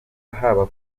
haba